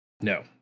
No